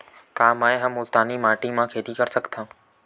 का मै ह मुल्तानी माटी म खेती कर सकथव?